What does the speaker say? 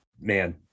man